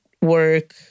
work